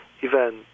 event